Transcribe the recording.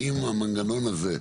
האם המנגנון הזה,